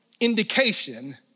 indication